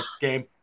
game